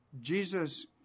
Jesus